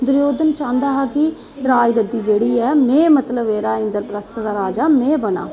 दुर्योधन चाहंदा हा कि राजगद्दी जेहड़ी ऐ में मतलब एहदा इंद्रप्रस्त दा राजा में बना